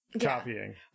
copying